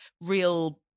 real